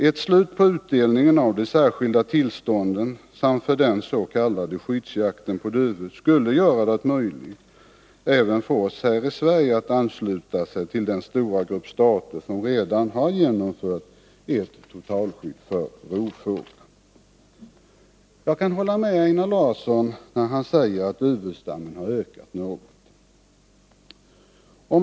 Ett slut på utdelningen av de särskilda tillstånden för den s.k. skyddsjakten på duvhök skulle göra det möjligt även för Sverige att ansluta sig till den stora grupp av stater som redan har infört ett totalskydd för rovfåglar. Jag kan hålla med Einar Larsson när han säger att duvhöksstammen har ökat något.